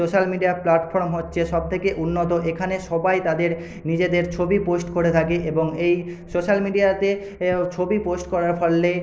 social media platform হচ্ছে সব থেকে উন্নত এখানে সবাই তাদের নিজেদের ছবি পোস্ট করে থাকে এবং এই সোশ্যাল মিডিয়াতে ছবি পোস্ট করার ফলে